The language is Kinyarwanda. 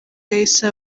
yahise